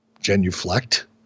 genuflect